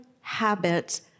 habits